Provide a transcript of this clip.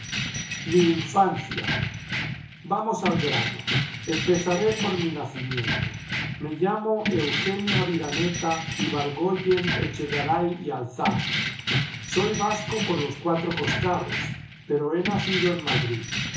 mi infancia vamos al grano empezare por mi nacimiento me llamo eugenio aviraneta ibargoyen echegaray y álzate soy vasco por los cuatro costados pero he nacido en madrid